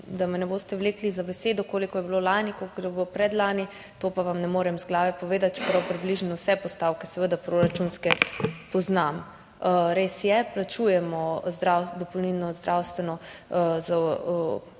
da me ne boste držali za besedo, koliko je bilo lani, koliko je bilo predlani, trga pa vam ne morem iz glave povedati, čeprav približno vse postavke proračunske seveda poznam. Res je, plačujemo dopolnilno zdravstveno